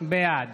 בעד